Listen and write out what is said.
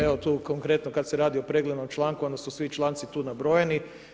Evo tu konkretno kad se radi o preglednom članku, odnosno svi članci svi tu nabrojeni.